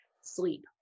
sleep